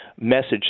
message